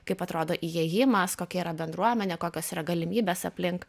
kaip atrodo įėjimas kokia yra bendruomenė kokios yra galimybės aplink